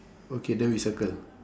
okay then we circle